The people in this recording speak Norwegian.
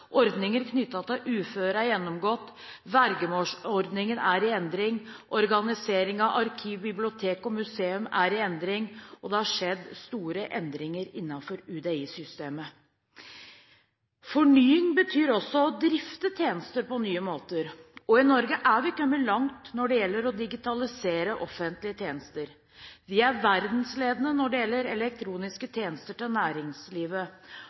til uføre er gjennomgått, vergemålsordningen er i endring, organiseringen av arkiv, bibliotek og museum er i endring, og det har skjedd store endringer innenfor UDI-systemet. Fornying betyr også å drifte tjenester på nye måter, og i Norge er vi kommet langt når det gjelder å digitalisere offentlige tjenester. Vi er verdensledende når det gjelder elektroniske tjenester for næringslivet,